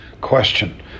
question